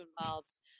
involves